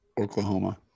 Oklahoma